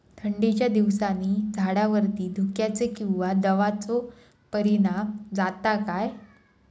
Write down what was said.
थंडीच्या दिवसानी झाडावरती धुक्याचे किंवा दवाचो परिणाम जाता काय?